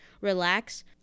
relax